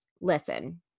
listen